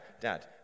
dad